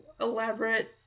elaborate